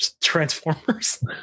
Transformers